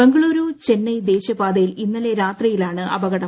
ബംഗളൂരു ചെന്നൈ ദേശീയ പാതയിൽ ഇന്നില്ല് രാത്രിയിലാണ് സംഭവം